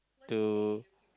to